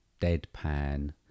deadpan